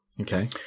Okay